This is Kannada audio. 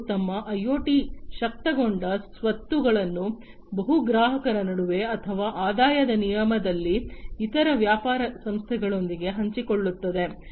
ಮತ್ತು ತಮ್ಮ ಐಒಟಿ ಶಕ್ತಗೊಂಡ ಸ್ವತ್ತುಗಳನ್ನು ಬಹು ಗ್ರಾಹಕರ ನಡುವೆ ಅಥವಾ ಆದಾಯದ ವಿನಿಮಯದಲ್ಲಿ ಇತರ ವ್ಯಾಪಾರ ಸಂಸ್ಥೆಗಳೊಂದಿಗೆ ಹಂಚಿಕೊಳ್ಳುತ್ತದೆ